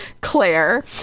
claire